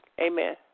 Amen